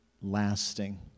lasting